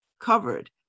covered